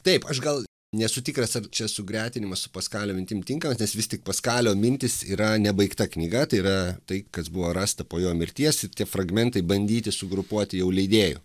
taip aš gal nesu tikras ar čia sugretinimas su paskalio mintim tinka nes vis tik paskalio mintys yra nebaigta knyga tai yra tai kas buvo rasta po jo mirties ir tie fragmentai bandyti sugrupuoti jau leidėjų